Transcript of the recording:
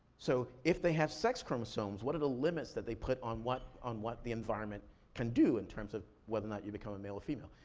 so, if they have sex chromosomes, what are the limits that they put on what, on what the environment can do in terms of whether or not you become a male or female?